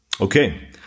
Okay